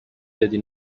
دادی